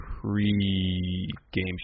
pre-game